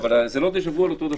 אבל זה לא דג'ה-וו על אותו דבר.